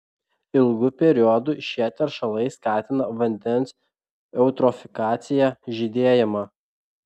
ilgu periodu šie teršalai skatina vandens eutrofikaciją žydėjimą